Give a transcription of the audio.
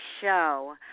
show